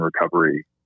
recovery